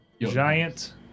Giant